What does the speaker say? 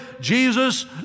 Jesus